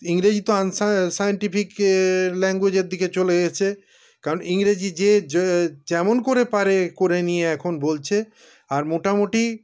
ইংরেজি তো সায়েন্টিফিক ল্যাঙ্গুয়েজের দিকে চলে গেছে কারণ ইংরেজি যে যেমন করে পারে করে নিয়ে এখন বলছে আর মোটামুটি